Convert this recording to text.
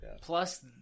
Plus